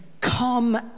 Come